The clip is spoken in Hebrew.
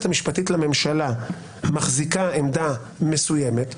המשפטית לממשלה המחזיקה עמדה מסוימת,